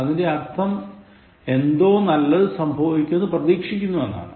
അതിൻറെ അർത്ഥം എന്തോ നല്ലത് സംഭവിക്കുമെന്ന് പ്രീതീക്ഷിക്കുന്നു എന്നാണ്